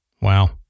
Wow